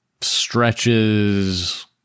stretches